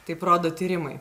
taip rodo tyrimai